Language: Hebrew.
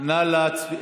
נא להצביע.